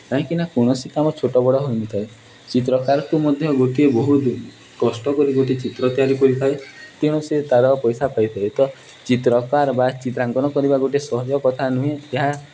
କାହିଁକିନା କୌଣସି କାମ ଛୋଟ ବଡ଼ ହୋଇନଥାଏ ଚିତ୍ରକାରକୁ ମଧ୍ୟ ଗୋଟିଏ ବହୁତ କଷ୍ଟ କରି ଗୋଟେ ଚିତ୍ର ତିଆରି କରିଥାଏ ତେଣୁ ସେ ତା'ର ପଇସା ପାଇଥାଏ ତ ଚିତ୍ରକାର ବା ଚିତ୍ରାଙ୍କନ କରିବା ଗୋଟେ ସହଜ କଥା ନୁହେଁ ଏହା